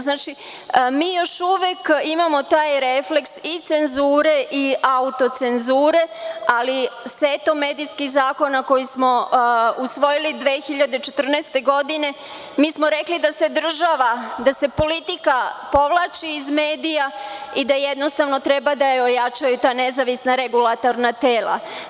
Znači, mi još uvek imamo taj refleks i cenzure i autocenzure, ali setom medijskih zakona, koji smo usvojili 2014. godine, mi smo rekli da se država, da se politika povlači iz medija i da jednostavno treba da ojačaju ta nezavisna regulatorna tela.